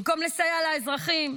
במקום לסייע לאזרחים,